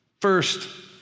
first